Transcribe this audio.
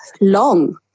long